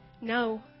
No